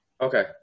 okay